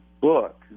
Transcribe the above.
book